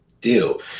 deal